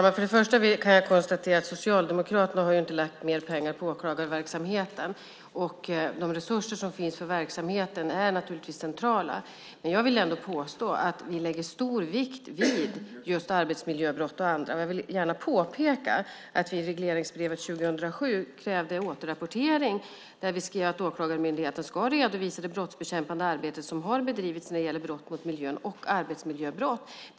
Fru talman! Först kan jag konstatera att Socialdemokraterna inte har lagt mer pengar på åklagarverksamheten. De resurser som finns för verksamheten är naturligtvis centrala. Jag vill ändå påstå att vi lägger stor vikt vid just bland annat arbetsmiljöbrott. Jag vill också gärna påpeka att vi i regleringsbrevet 2007 kräver en återrapportering. Vi skriver där att Åklagarmyndigheten ska redovisa det brottsbekämpande arbete som har bedrivits när det gäller brott mot miljön och arbetsmiljöbrott.